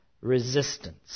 Resistance